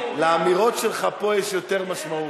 לאמירות שלך פה יש יותר משמעות.